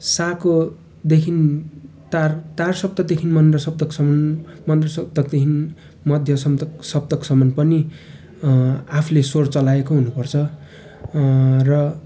साकोदेखि तार तार सप्तकदेखि मन्द सप्तकसम्म मन्द सप्तकदेखि मध्य सप्तकसम्म पनि आफूले स्वर चलाएको हुनुपर्छ र